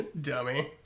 Dummy